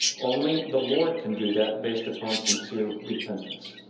only the lord can do that, based upon sincere repentance.